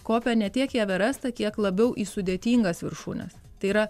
kopia ne tiek į everestą kiek labiau į sudėtingas viršūnes tai yra